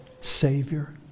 Savior